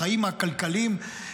החיים הכלכליים,